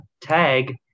Tag